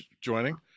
joining